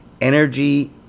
energy